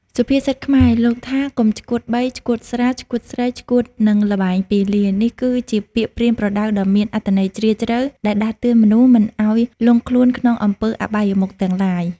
សុភាសិតខ្មែរ លោកថាកុំឆ្កួតបី ឆ្កួតស្រា ឆ្កួតស្រី ឆ្កួតនិងល្បែងពាលា នេះគឺជាពាក្យប្រៀនប្រដៅដ៏មានអត្ថន័យជ្រាលជ្រៅ ដែលដាស់តឿនមនុស្សមិនឲ្យលង់ខ្លួនក្នុងអំពើអបាយមុខទាំងឡាយ។